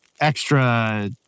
extra